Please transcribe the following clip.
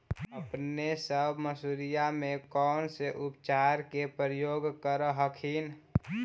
अपने सब मसुरिया मे कौन से उपचार के प्रयोग कर हखिन?